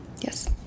Yes